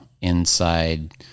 inside